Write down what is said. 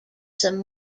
some